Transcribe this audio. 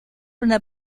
una